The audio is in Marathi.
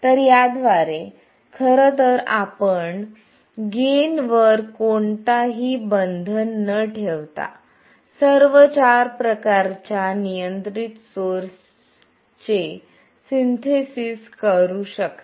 तर याद्वारे खरं तर आपण गेन वर कोणतेही बंधन न ठेवता सर्व चार प्रकारच्या नियंत्रित सोर्सचे सिंथेसिस करू शकता